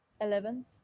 eleven